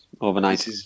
overnight